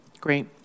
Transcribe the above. great